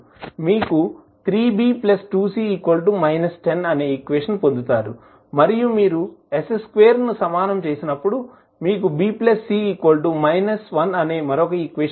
మీరు 3B 2C −10 అనే equation పొందుతారు మరియు మీరు s2 ను సమానం చేసినప్పుడు మీరు B C −1 అనే మరొక ఈక్వేషన్ పొందుతారు